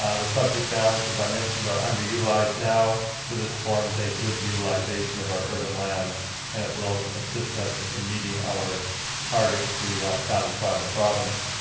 ah the subject ah lands as i mentioned are underutilized now, so this forms a good utilization of our urban lands and it will assist us in meeting our targets to satisfy the province.